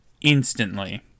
instantly